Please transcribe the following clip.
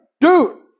Dude